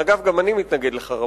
אגב, גם אני מתנגד לחרמות.